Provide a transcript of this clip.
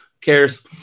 cares